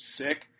sick